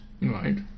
Right